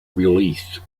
released